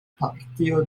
partio